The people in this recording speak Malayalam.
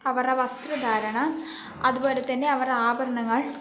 അവരുടെ വസ്ത്രധാരണ അതുപോലെ തന്നെ അവരുടെ ആഭരണങ്ങൾ